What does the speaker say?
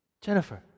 Jennifer